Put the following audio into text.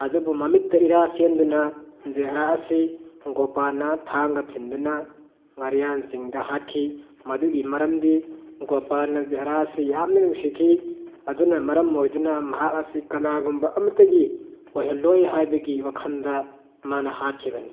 ꯑꯗꯨꯕꯨ ꯃꯃꯤꯠꯇ ꯏꯔꯥ ꯆꯦꯟꯗꯨꯅ ꯖꯍꯦꯔꯥ ꯑꯁꯤ ꯒꯣꯄꯥꯟꯅ ꯊꯥꯡꯅ ꯊꯤꯟꯗꯨꯅ ꯉꯥꯔꯤꯌꯥꯟ ꯆꯤꯡꯗ ꯍꯥꯠꯈꯤ ꯃꯗꯨꯒꯤ ꯃꯔꯝꯗꯤ ꯒꯣꯄꯥꯟꯅ ꯖꯍꯦꯔꯥ ꯑꯁꯤ ꯌꯥꯝꯅ ꯅꯨꯡꯁꯤꯈꯤ ꯑꯗꯨꯅ ꯃꯔꯝ ꯑꯣꯏꯗꯨꯅ ꯃꯍꯥꯛ ꯑꯁꯤ ꯀꯅꯥꯒꯨꯝꯕ ꯑꯃꯠꯇꯒꯤ ꯑꯣꯏꯍꯜꯂꯣꯏ ꯍꯥꯏꯕꯒꯤ ꯋꯥꯈꯟꯗ ꯃꯅꯥ ꯍꯥꯠꯈꯤꯕꯅꯤ